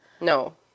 No